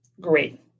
great